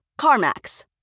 CarMax